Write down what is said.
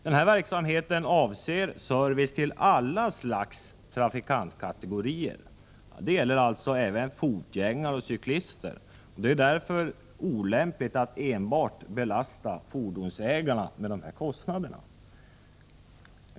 Denna verksamhet avser service till alla slags trafikantkategorier, dvs. även fotgängare och cyklister. Det är därför olämpligt att belasta enbart fordonsägarna med dessa kostnader.